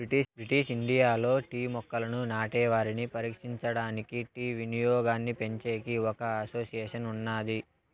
British ఇండియాలో tea మొక్కలను నాటే వారిని పరిరక్షించడానికి, టీ వినియోగాన్నిపెంచేకి ఒక అసోసియేషన్ ఉన్నాది